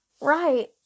right